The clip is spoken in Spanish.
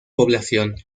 población